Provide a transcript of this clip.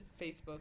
Facebook